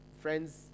friends